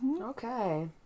okay